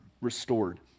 restored